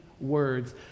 words